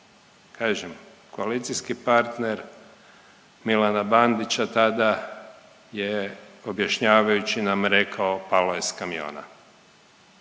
Kažem, koalicijski partner Milana Bandića tada je, objašnjavajući nam, rekao, palo je s kamiona.